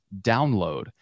download